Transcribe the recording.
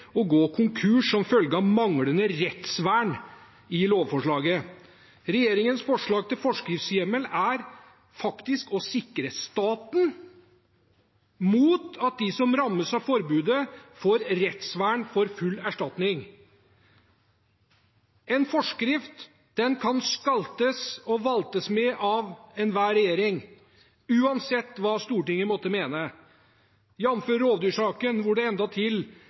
å gå konkurs som følge av manglende rettsvern i lovforslaget. Regjeringens forslag til forskriftshjemmel er faktisk å sikre staten mot at de som rammes av forbudet, får rettsvern for full erstatning. En forskrift kan skaltes og valtes med av enhver regjering, uansett hva Stortinget måtte mene, jamfør rovdyrsaken, hvor det